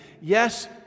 yes